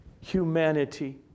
humanity